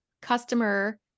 customer